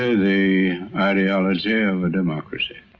ah the ideology of a democracy.